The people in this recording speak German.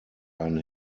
ein